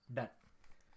Done